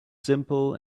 simple